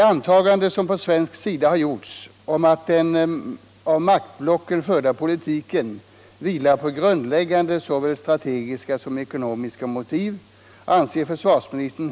De antaganden som på svensk sida har gjorts om att den vilar på grundläggande såväl strategiska som ekonomiska motiv har hittills bekräftats.